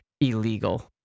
illegal